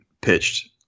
pitched